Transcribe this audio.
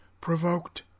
provoked